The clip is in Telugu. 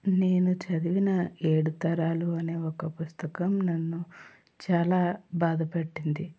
నేను చదివిన ఏడు తరాలు అనే ఒక పుస్తకం నన్ను చాలా బాధపెట్టింది